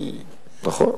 נכון.